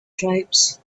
tribes